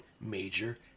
major